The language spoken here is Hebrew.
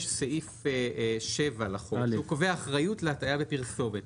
יש סעיף 7 לחוק שקובע אחריות להטעיה בפרסומת,